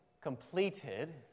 completed